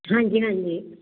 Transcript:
ਹਾਂਜੀ ਹਾਂਜੀ